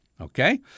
okay